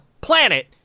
planet